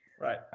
right